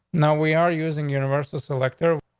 now we are using universes, elector,